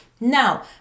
Now